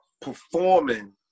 performing